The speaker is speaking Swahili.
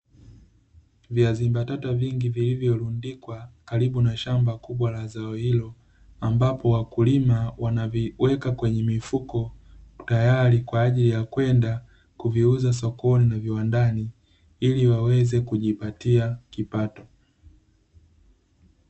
Viazi mbatata vingi vilivyorundikwa karibu na shamba kubwa la zao hilo, ambapo wakulima wanaviweka kwenye mifuko tayari kwa ajili ya kwenda kuviuza sokoni na viwandani ili waweze kujipatia kipato .